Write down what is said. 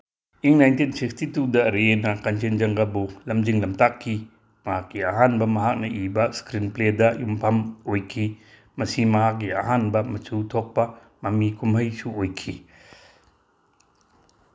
ꯏꯪ nineteen sixty ꯇꯨꯗ ꯔꯦꯅ ꯀꯥꯟꯆꯦꯟꯆꯪꯒꯕꯨ ꯂꯝꯖꯤꯡ ꯂꯝꯇꯥꯛꯈꯤ ꯃꯍꯥꯛꯀꯤ ꯑꯍꯥꯟꯕ ꯃꯍꯥꯛꯅ ꯏꯕ ꯏꯁꯀ꯭ꯔꯤꯟ ꯄ꯭ꯂꯦꯗ ꯌꯨꯝꯐꯝ ꯑꯣꯏꯈꯤ ꯃꯁꯤ ꯃꯍꯥꯛꯀꯤ ꯑꯍꯥꯟꯕ ꯃꯆꯨ ꯊꯣꯛꯄ ꯃꯃꯤ ꯀꯨꯝꯍꯩꯁꯨ ꯑꯣꯏꯈꯤ